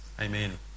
Amen